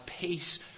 peace